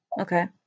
Okay